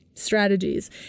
Strategies